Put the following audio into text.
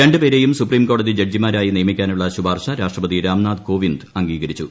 രണ്ടു പേരെയും സുപ്രീംകോടതി ജഡ്ജിമാരായി നിയമിക്കാനുള്ള ശുപാർശ രാഷ്ട്രപതി രാംനാഥ് കോവിന്ദ് അംഗീകരിച്ചു